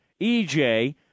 EJ